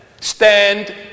Stand